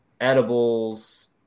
edibles